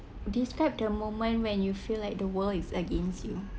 describe the moment when you feel like the world is against you